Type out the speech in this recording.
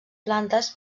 plantes